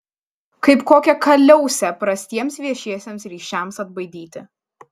kaip kokią kaliausę prastiems viešiesiems ryšiams atbaidyti